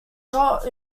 shot